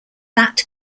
that